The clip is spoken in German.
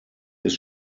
ist